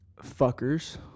Fuckers